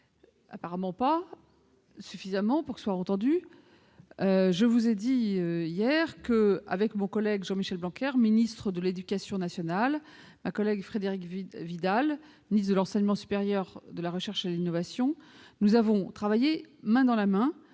apparemment, pas suffisamment pour que mes explications soient entendues. Je vous l'ai dit hier, mon collègue Jean-Michel Blanquer, ministre de l'éducation nationale, ma collègue Frédérique Vidal, ministre de l'enseignement supérieur, de la recherche et de l'innovation, et moi-même avons travaillé main dans la main